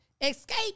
escape